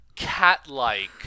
cat-like